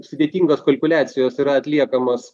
sudėtingos kalkuliacijos yra atliekamas